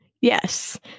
Yes